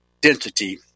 density